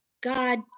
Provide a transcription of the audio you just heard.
God